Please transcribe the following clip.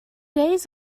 days